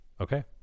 Okay